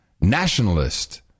nationalist